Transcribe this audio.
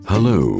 Hello